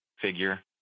figure